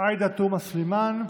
עאידה תומא סלימאן,